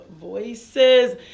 Voices